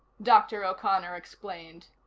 dr. o'connor explained.